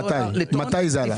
מתי זה קרה?